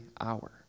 hour